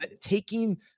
taking